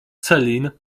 celine